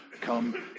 come